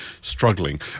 struggling